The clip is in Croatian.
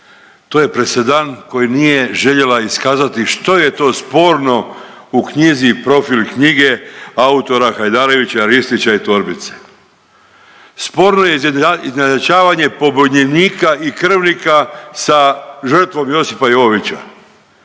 To je presedan koji nije željela iskazati što je to sporno u knjizi Profil knjige autora Hajdarevića, Ristića i Torbice. Sporno je izjednačavanje pobunjenika i krvnika sa žrtvom Josipa Jovića.